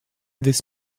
this